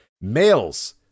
males